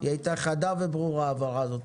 היא הייתה חדה וברורה ההבהרה הזאת.